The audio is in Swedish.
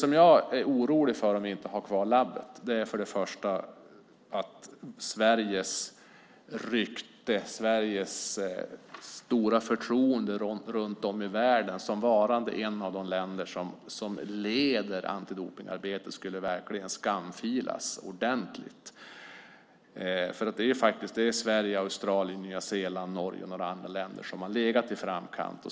Om vi inte har kvar labbet är jag orolig för att Sveriges rykte och det stora förtroende som man har för Sverige som ett land som leder antidopningsarbetet verkligen skulle bli ordentligt skamfilat. Det är Sverige, Australien, Nya Zeeland, Norge och några andra länder som har legat i framkant.